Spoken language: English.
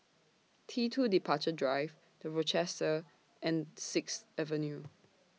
T two Departure Drive The Rochester and Sixth Avenue